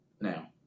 Now